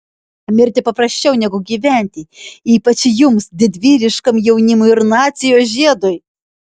mirti paprasčiau negu gyventi ypač jums didvyriškam jaunimui ir nacijos žiedui